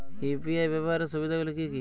UPI ব্যাবহার সুবিধাগুলি কি কি?